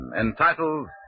entitled